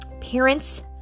parents